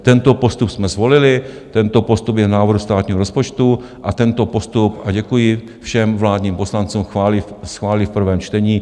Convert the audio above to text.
Tento postup jsme zvolili, tento postup je v návrhu státního rozpočtu a tento postup a děkuji všem vládním poslancům schválí v prvém čtení.